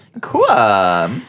Cool